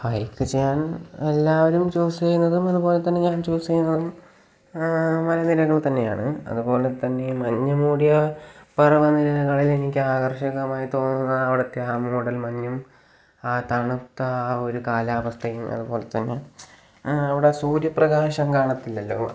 hike ചെയ്യാൻ എല്ലാവരും choose ചെയ്യുന്നതും അതുപോലെതന്നെ ഞാൻ ചൂസ് ചെയ്യുന്നതും മലനിരകൾ തന്നെയാണ് അതുപോലെതന്നെ മഞ്ഞു മൂടിയ പർവ്വത നിരകളിലെനിക്കാകർഷകമായി തോന്നുക അവിടുത്തെ ആ മൂടൽമഞ്ഞും ആ തണുത്ത ആ ഒരു കാലാവസ്ഥയും അതുപോലെ തന്നെ അവിടെ സൂര്യ പ്രകാശം കാണത്തില്ലല്ലൊ